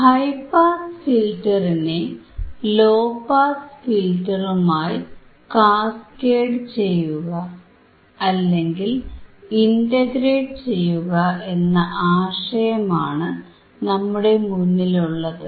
high pass ഫിൽറ്ററിനെ low pass ഫിൽറ്ററുമായി cascade ചെയ്യുക അല്ലെങ്കിൽ ഇന്റഗ്രേറ്റ് ചെയ്യുക എന്ന ആശയമാണ് നമ്മുടെ മുന്നിലുള്ളത്